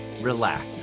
relax